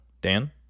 Dan